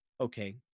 Okay